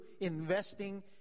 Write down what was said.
investing